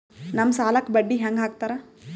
ನಮ್ ಸಾಲಕ್ ಬಡ್ಡಿ ಹ್ಯಾಂಗ ಹಾಕ್ತಾರ?